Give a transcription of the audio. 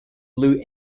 blue